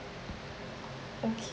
okay